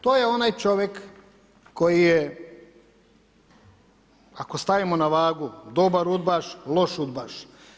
To je onaj čovjek koji je ako stavimo na vagu, dobar udbaš loš udbaš.